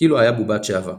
כאילו היה בובת שעווה.